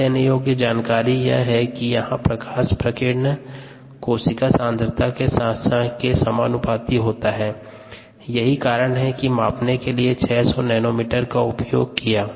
ध्यान देने योग्य जानकारी यह है कि यहाँ प्रकाश प्रकीर्ण कोशिका सांद्रता के समानुपाती होता है यही कारण है कि मापने के लिए 600 नैनोमीटर का उपयोग किया